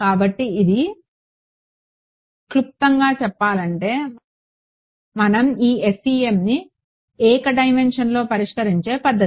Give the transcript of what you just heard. కాబట్టి ఇది క్లుప్తంగా చెప్పాలంటే మనం ఈ FEMని ఏక డైమెన్షన్లో పరిష్కరించే పద్ధతి